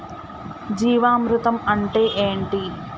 జీవామృతం అంటే ఏంటి?